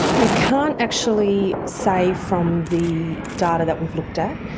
we can't actually say from the data that we've looked at.